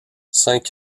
cinq